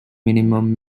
minimum